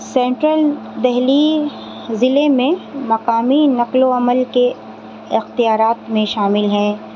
central Delhi ضلے میں مقامی نقل و عمل کے اختیارات میں شامل ہیں